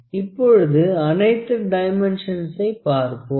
இப்பொழுது அனைத்து டைமென்சென்சை பார்ப்போம்